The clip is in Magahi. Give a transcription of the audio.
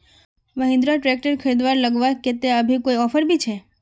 महिंद्रा ट्रैक्टर खरीद लगवार केते अभी कोई ऑफर भी छे?